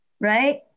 right